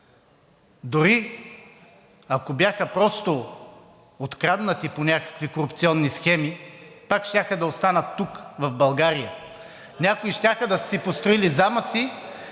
Дори ако бяха просто откраднати по някакви корупционни схеми, пак щяха да останат тук в България. (Шум и реплики.) Някои щяха да са си построили замъци,